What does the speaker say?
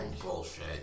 bullshit